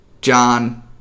John